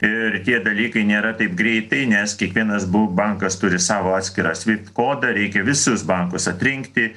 ir tie dalykai nėra taip greitai nes kiekvienas bu bankas turi savo atskirą svift kodą reikia visus bankus atrinkti